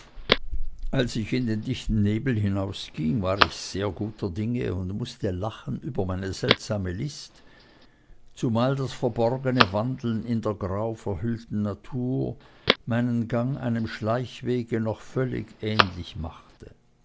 als ich in den dichten nebel hinausging war ich sehr guter dinge und mußte lachen über meine seltsame list zumal das verborgene wandeln in der grau verhüllten natur meinen gang einem schleichwege noch völlig ähnlich machte